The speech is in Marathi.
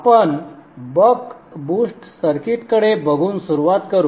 आपण बक बूस्ट सर्किटकडे बघून सुरुवात करू